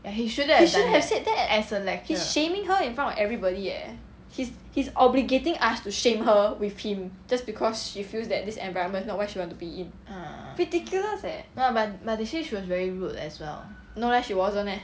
he shouldn't have said that he's shaming her in front of everybody eh he's he's obligating us to shame her with him just because she feels that this environment is not where she want to be in ridiculous eh no leh she wasn't leh